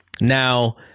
Now